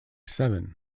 seven